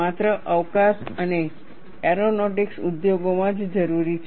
માત્ર અવકાશ અને એરોનોટિક્સ ઉદ્યોગોમાં જ જરૂરી છે